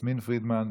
יסמין פרידמן,